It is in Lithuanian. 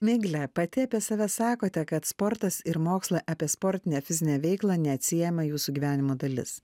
migle pati apie save sakote kad sportas ir mokslai apie sportinę fizinę veiklą neatsiejama jūsų gyvenimo dalis